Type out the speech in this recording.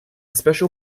special